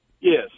Yes